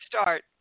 start